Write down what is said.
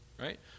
right